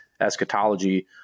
eschatology